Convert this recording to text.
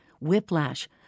whiplash